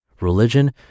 religion